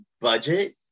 budget